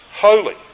holy